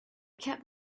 kept